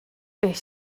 beth